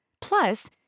Plus